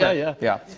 yeah, yeah. yeah.